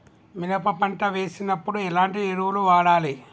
మినప పంట వేసినప్పుడు ఎలాంటి ఎరువులు వాడాలి?